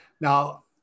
Now